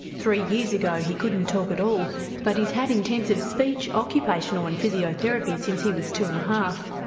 three years ago he couldn't talk at all but he's had intensive speech, occupational and physiotherapy since he was two and a half.